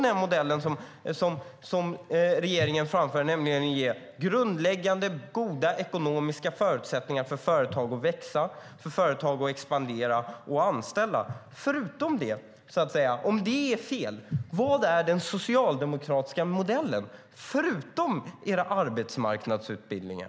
Den modell som regeringen framför handlar om grundläggande, goda ekonomiska förutsättningar för företag att växa, expandera och anställa. Om det är fel, vad är då den socialdemokratiska modellen förutom era arbetsmarknadsutbildningar?